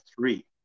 three